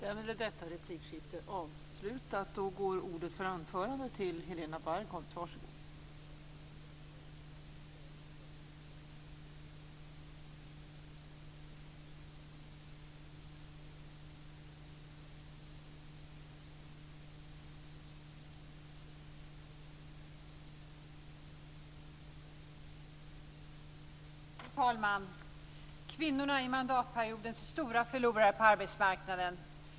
Fru talman! Kvinnorna är mandatperiodens stora förlorare på arbetsmarknaden.